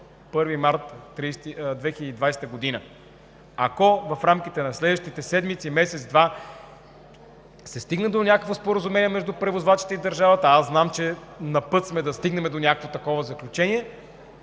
1 март 2020 г. Ако в рамките на следващите седмици, месец, два се стигне до някакво споразумение между превозвачите и държавата, а аз знам, че сме на път да стигнем до някакво такова заключение,